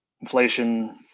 inflation